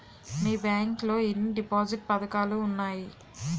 మీ bank లో ఎన్ని deposit పథకాలు ఉన్నాయి?